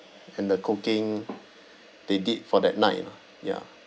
and the cooking they did for that night lah ya